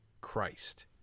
Christ